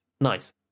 nice